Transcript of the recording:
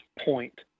point